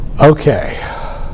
Okay